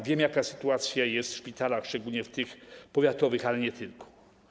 Wiemy, jaka sytuacja jest w szpitalach, szczególnie w tych powiatowych, ale nie tylko.